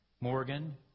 Morgan